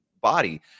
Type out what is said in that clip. body